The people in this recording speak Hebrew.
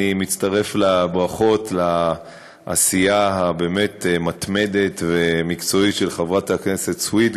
אני מצטרף לברכות על העשייה הבאמת מתמדת ומקצועית של חברת הכנסת סויד,